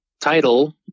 title